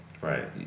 Right